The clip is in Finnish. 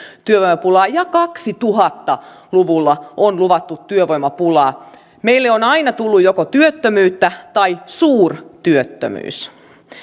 työvoimapulaa ja kaksituhatta luvulla on luvattu työvoimapulaa meille on aina tullut joko työttömyyttä tai suurtyöttömyys